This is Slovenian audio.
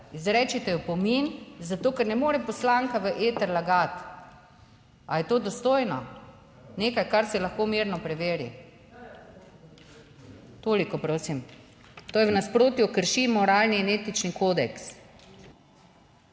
izrečete opomin -, zato ker ne more poslanka v eter lagati. Ali je to dostojno nekaj, kar se lahko mirno preveri? Toliko, prosim. To je v nasprotju: krši moralni in etični kodeks.